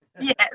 yes